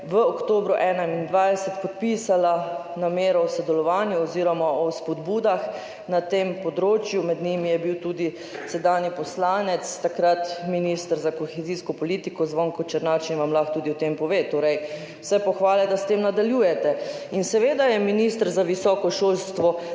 v oktobru 2021 podpisala namero o sodelovanju oziroma o spodbudah na tem področju. Med njimi je bil tudi sedanji poslanec, takrat minister za kohezijsko politiko Zvonko Černač in vam lahko tudi o tem pove. Torej vse pohvale, da s tem nadaljujete. In seveda je minister za visoko šolstvo